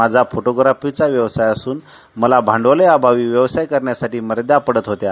माझा फोटोग्राफोंचा व्यवसाय असून मला भांडवलाअभावी व्यवसाय करण्यासाठी मयादा पडत होत्या